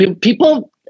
people